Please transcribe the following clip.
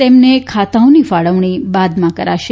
તેમને ખાતાંઓની ફાળવણી બાદમાં કરાશે